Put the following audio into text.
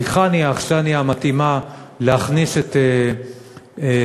היכן היא האכסניה המתאימה להכניס את רצוננו,